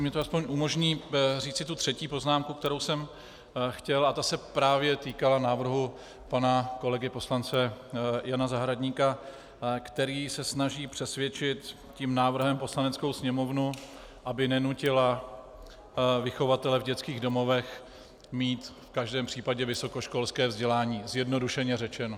Mně to aspoň umožní říci tu třetí poznámku, kterou jsem chtěl, a ta se právě týkala návrhu pana kolegy poslance Jana Zahradníka, který se snaží přesvědčit tím návrhem Poslaneckou sněmovnu, aby nenutila vychovatele v dětských domovech mít v každém případě vysokoškolské vzdělání, zjednodušeně řečeno.